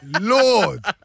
Lord